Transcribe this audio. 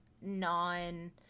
non